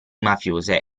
mafiose